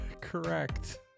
correct